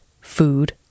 food